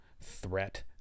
threat